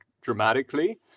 dramatically